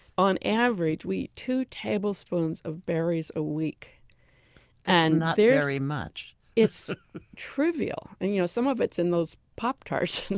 on average, we eat two tablespoons of berries a week that's and not very much it's trivial, and you know some of it's in those pop-tarts. and